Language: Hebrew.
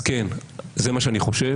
כן, זה מה שאני חושב.